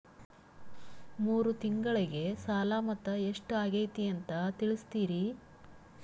ಮೂರು ತಿಂಗಳಗೆ ಸಾಲ ಮೊತ್ತ ಎಷ್ಟು ಆಗೈತಿ ಅಂತ ತಿಳಸತಿರಿ?